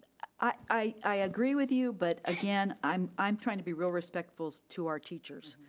i agree with you, but again, i'm i'm trying to be real respectful to our teachers,